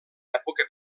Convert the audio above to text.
època